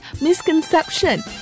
misconception